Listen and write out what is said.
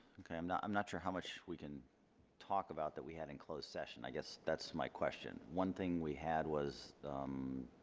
okay i'm not i'm not sure how much we can talk about that we had in closed session i guess that's my question one thing we had was a